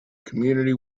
community